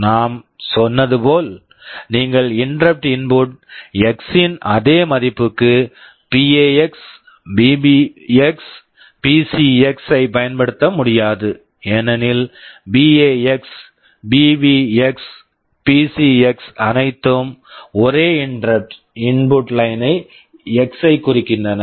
நான் சொன்னது போல் நீங்கள் interrupt interrupt input input x x இன் அதே மதிப்புக்கு PAx PAx PBx PBx PCx PCx ஐப் பயன்படுத்த முடியாது ஏனெனில் PAx PAx PBx PBx PCx PCxஅனைத்தும் ஒரே interrupt interrupt input line input line x x ஐக் குறிக்கின்றன